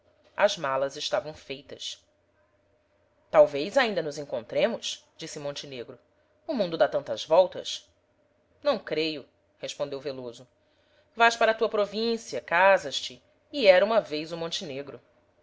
malas estavam feitas talvez ainda nos encontremos disse montenegro o mundo dá tantas voltas não creio respondeu veloso vais para a tua província casas-te e era uma vez o montenegro